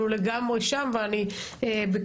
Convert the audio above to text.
אבל הוא לגמרי שם ואני בקשר